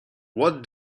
what